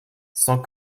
sans